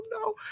no